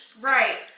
Right